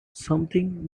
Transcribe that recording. something